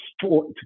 sport